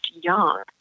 Young